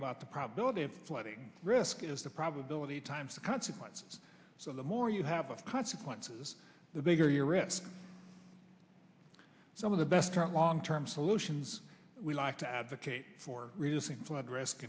about the probability of flooding risk as the probability times consequences so the more you have of consequences the bigger your risk some of the best are long term solutions we like to advocate for reducing flood risk